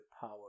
power